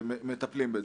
ומטפלים בזה.